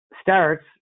starts